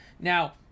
Now